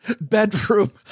bedroom